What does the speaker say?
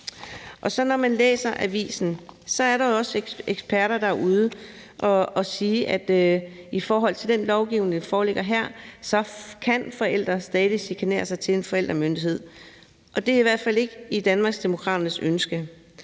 243. Når man læser avisen, er der jo også eksperter, der er ude at sige, at i forhold til den lovgivning, der foreligger her, kan forældre stadig chikanere sig til en forældremyndighed, og det er i hvert fald ikke Danmarksdemokraternes ønske.